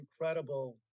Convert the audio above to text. incredible